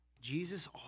Jesus